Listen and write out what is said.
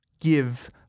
give